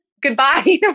Goodbye